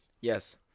Yes